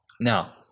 Now